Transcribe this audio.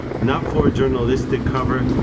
not for journalistic cover,